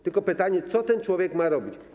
Tylko pytanie, co ten człowiek ma robić.